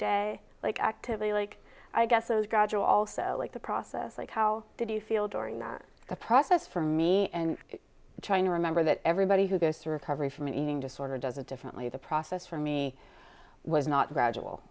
day like activity like i guess those gradual also like the process like how did you feel during that the process for me and trying to remember that everybody who goes to recovery from an eating disorder does it differently the process for me was not gradual